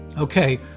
Okay